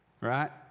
right